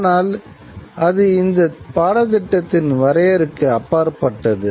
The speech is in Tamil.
ஆனால் அது இந்த பாடத்திட்டத்தின் வரையறைக்கு அப்பாற்பட்டது